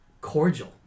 cordial